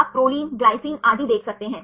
आप pro gly Pro Gly आदि देख सकते हैं